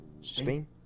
Spain